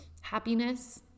happiness